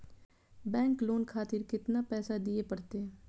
Bank loan खातीर केतना पैसा दीये परतें?